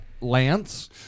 Lance